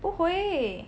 不会